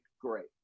great